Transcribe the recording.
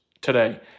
today